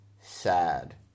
sad